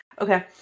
Okay